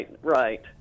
right